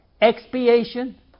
expiation